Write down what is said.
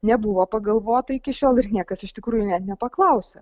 nebuvo pagalvota iki šiol ir niekas iš tikrųjų net nepaklausė